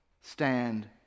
stand